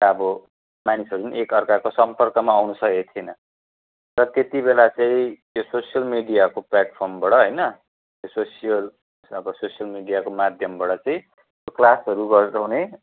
अब मानिसहरू पनि एकअर्काको सम्पर्कमा आउनु सकेको थिएन र त्यति बेला चाहिँ यो सोसियल मिडियाको प्लाटफर्मबाट होइन यो सोसियल अब सोसियल मिडियाको माध्यमबाट चाहिँ क्लासहरू गराउने